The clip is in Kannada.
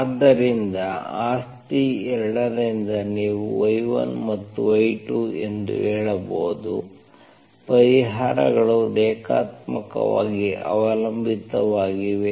ಆದ್ದರಿಂದ ಆಸ್ತಿ 2 ರಿಂದ ನೀವು y1 ಮತ್ತು y2 ಎಂದು ಹೇಳಬಹುದು ಪರಿಹಾರಗಳು ರೇಖಾತ್ಮಕವಾಗಿ ಅವಲಂಬಿತವಾಗಿವೆ